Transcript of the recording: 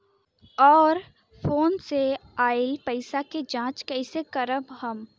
और फोन से आईल पैसा के जांच कैसे करब हम?